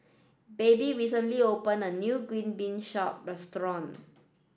Baby recently opened a new Green Bean Soup Restaurant